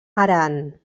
aran